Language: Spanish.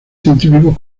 científicos